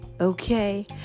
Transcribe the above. okay